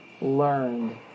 learned